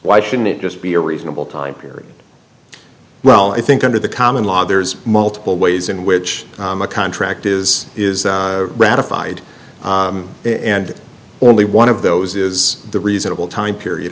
why should it just be a reasonable time period well i think under the common law there's multiple ways in which a contract is is ratified in and only one of those is the reasonable time period